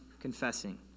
confessing